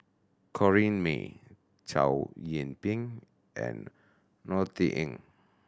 Corrinne May Chow Yian Ping and Norothy Ng